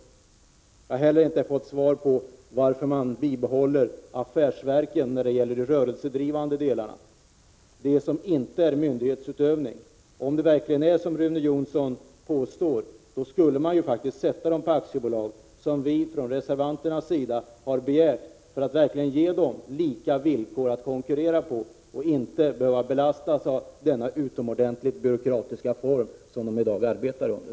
63 Jag har inte heller fått svar på frågan varför man bibehåller affärsverken när det gäller de rörelsedrivande delarna, som inte är myndighetsutövning. Om det verkligen är så som Rune Jonsson påstår, skulle man faktiskt ombilda dem till aktiebolag, som vi från reservanternas sida begärt, för att verkligen ge dem möjlighet att konkurrera på lika villkor. De skulle då inte behöva belastas av denna utomordentligt byråkratiska form som de i dag arbetar under.